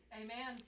Amen